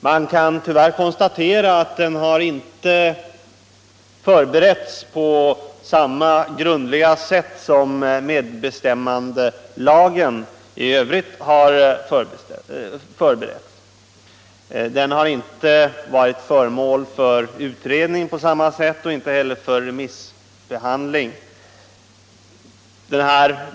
Man kan tyvärr konstatera att den inte har förberetts på samma grundliga sätt som medbestämmandelagen i övrigt. Den har inte varit föremål för utredning och inte heller för remissbehandling på samma sätt.